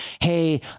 hey